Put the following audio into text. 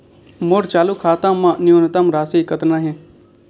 मोर चालू खाता मा न्यूनतम राशि कतना हे?